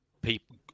people